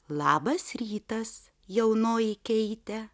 labas rytas jaunoji keite